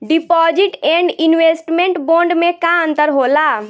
Deposit and investment bond मे का अंतर होला?